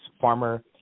Farmer